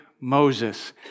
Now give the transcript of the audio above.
Moses